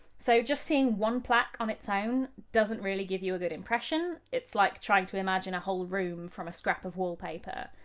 so just seeing one plaque on its own doesn't really give you a good impression it's like trying to imagine a whole room from a scrap of wallpaper.